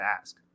ask